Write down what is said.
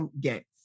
game